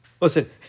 Listen